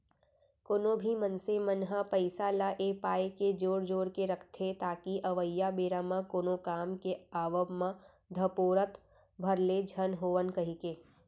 कोनो भी मनसे मन ह पइसा ल ए पाय के जोर जोर के रखथे ताकि अवइया बेरा म कोनो काम के आवब म धपोरत भर ले झन होवन कहिके